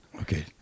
Okay